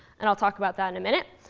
and i'll talk about that in a minute.